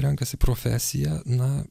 renkasi profesiją na